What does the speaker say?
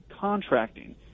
contracting